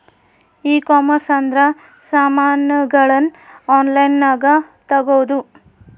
ಈ ಕಾಮರ್ಸ್ ಅಂದ್ರ ಸಾಮಾನಗಳ್ನ ಆನ್ಲೈನ್ ಗ ತಗೊಂದು